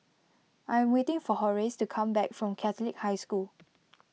I am waiting for Horace to come back from Catholic High School